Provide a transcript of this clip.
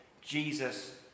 Jesus